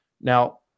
Now